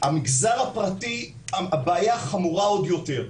המגזר הפרטי הבעיה החמורה עוד יותר,